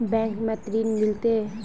Bank में ऋण मिलते?